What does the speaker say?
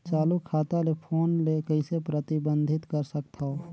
चालू खाता ले फोन ले कइसे प्रतिबंधित कर सकथव?